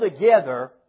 together